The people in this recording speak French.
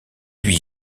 huit